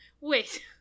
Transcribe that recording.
Wait